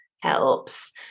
helps